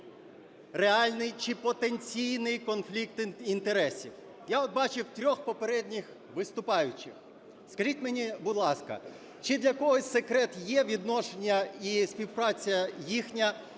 реальний чи потенційний конфлікт інтересів. Я от бачив трьох попередніх виступаючих. Скажіть мені, будь ласка, чи для когось секрет є відношення і співпраця їхня